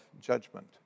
judgment